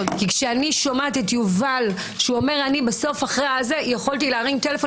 כשאני שומעת את יובל אומר: בסוף אחרי הכול אני יכולתי להרים טלפון,